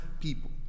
people